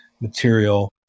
material